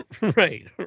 Right